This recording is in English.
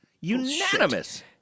Unanimous